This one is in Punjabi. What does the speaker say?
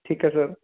ਠੀਕ ਹੈ ਸਰ